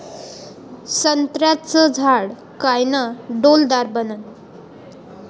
संत्र्याचं झाड कायनं डौलदार बनन?